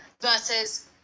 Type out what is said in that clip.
versus